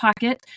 pocket